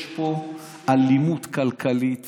יש פה אלימות כלכלית